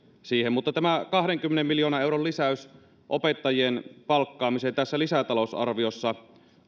siihen mutta tämä kahdenkymmenen miljoonan euron lisäys opettajien palkkaamiseen tässä lisätalousarviossa